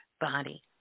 body